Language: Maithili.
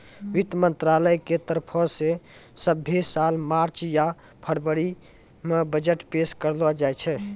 वित्त मंत्रालय के तरफो से सभ्भे साल मार्च या फरवरी मे बजट पेश करलो जाय छै